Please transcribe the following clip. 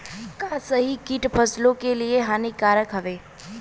का सभी कीट फसलों के लिए हानिकारक हवें?